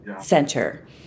center